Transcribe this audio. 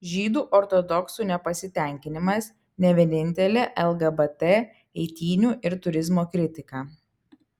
žydų ortodoksų nepasitenkinimas ne vienintelė lgbt eitynių ir turizmo kritika